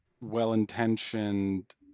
well-intentioned